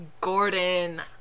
Gordon